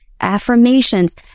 affirmations